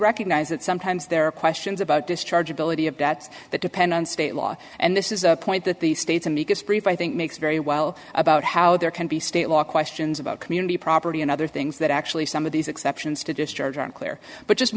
recognized that sometimes there are questions about discharge ability of debts that depend on state law and this is a point that the state's amicus brief i think makes very well about how there can be state law questions about community property and other things that actually some of these exceptions to discharge are unclear but just